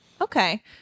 Okay